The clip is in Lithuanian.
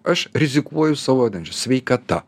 aš rizikuoju savo sveikata